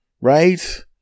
right